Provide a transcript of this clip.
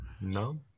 No